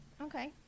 Okay